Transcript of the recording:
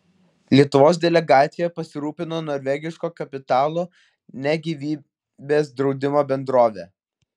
lietuvos delegacija pasirūpino norvegiško kapitalo ne gyvybės draudimo bendrovė